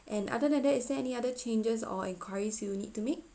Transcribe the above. and other than that is there any other changes or enquiry you need to make